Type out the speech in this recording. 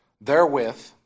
Therewith